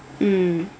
mm